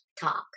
talk